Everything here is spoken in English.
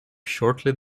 shortly